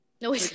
No